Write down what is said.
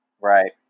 right